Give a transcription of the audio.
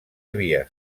havia